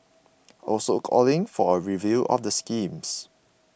also calling for a review of the schemes